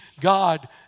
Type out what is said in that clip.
God